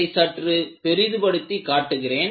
இதை சற்று பெரிது படுத்தி காட்டுகிறேன்